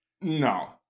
No